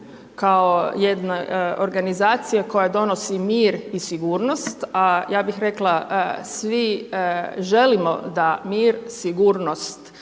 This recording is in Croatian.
kao jedna organizacija koja donosi mir i sigurnost a ja bih rekla svi želimo da mir, sigurnost